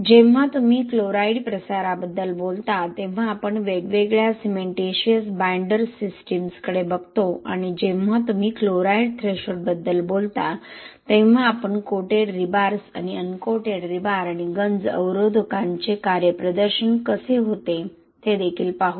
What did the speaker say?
जेव्हा तुम्ही क्लोराईड प्रसाराबद्दल बोलता तेव्हा आपण वेगवेगळ्या सिमेंटिशियस बाइंडर सिस्टम्सकडे बघतो आणि जेव्हा तुम्ही क्लोराईड थ्रेशोल्डबद्दल बोलता तेव्हा आपण कोटेड रीबार्स आणि अनकोटेड रीबार आणि गंज अवरोधकांचे कार्यप्रदर्शन कसे होते ते देखील पाहू